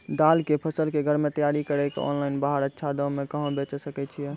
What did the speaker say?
दाल के फसल के घर मे तैयार कड़ी के ऑनलाइन बाहर अच्छा दाम मे कहाँ बेचे सकय छियै?